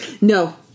No